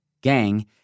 gang